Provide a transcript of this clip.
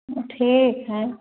ठीक है